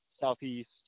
southeast